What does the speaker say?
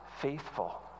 faithful